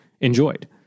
enjoyed